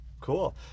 Cool